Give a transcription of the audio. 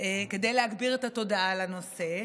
כדי להגביר את המודעות לנושא.